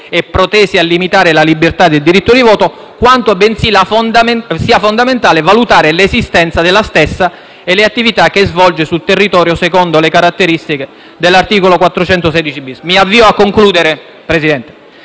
e protesi a limitare la libertà del diritto di voto, quanto bensì sia fondamentale valutare l'esistenza della stessa e le attività che svolge sul territorio secondo le caratteristiche dell'articolo 416-*bis* del codice penale*.*